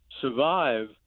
survive